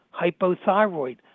hypothyroid